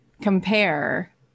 compare